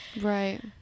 Right